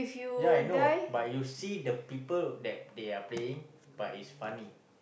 ya I know but you see the people that they are playing but it's funny